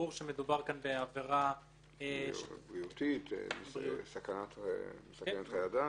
ברור שמדובר כאן בעבירה --- סכנה בריאותית וסכנה לחיי אדם